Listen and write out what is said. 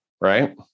right